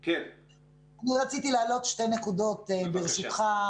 רציתי להעלות שתי נקודות, ברשותך.